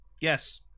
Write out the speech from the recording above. Yes